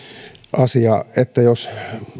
asiaa että jos